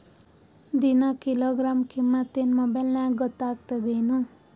ದಿನಾ ಕಿಲೋಗ್ರಾಂ ಕಿಮ್ಮತ್ ಏನ್ ಮೊಬೈಲ್ ನ್ಯಾಗ ಗೊತ್ತಾಗತ್ತದೇನು?